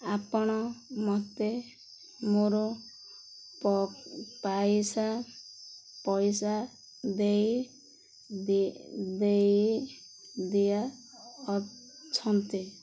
ଆପଣ ମୋତେ ମୋର ପ ପାଇସା ପଇସା ଦେଇ ଦେଇ ଦିଆ ଅଛନ୍ତି